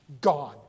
Gone